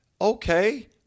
okay